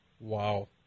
Wow